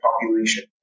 population